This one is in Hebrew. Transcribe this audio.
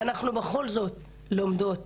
ואנחנו בכל זאת לומדות,